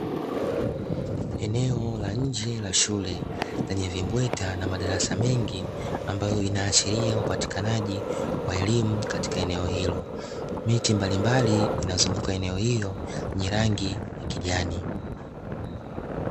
Eneo la nje ya shule lenye vimbweta na madarasa mengi ambayo inaashiria upatikanaji wa elimu katika eneo hilo. Miti mbalimbali inazunguka eneo hilo yenye rangi ya kijani.